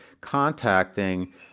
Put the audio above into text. contacting